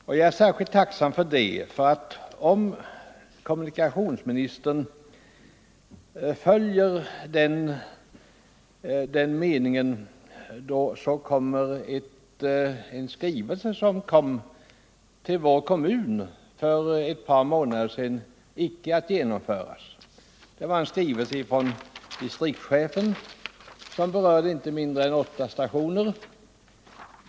Om kommunikationsministern följer den här linjen glädjer det mig speciellt, för då kommer de åtgärder som vår kommun fick en skrivelse om för ett par månader sedan icke att genomföras. Skrivelsen kom från SJ:s distriktschef, och den berörde inte mindre än åtta stationer.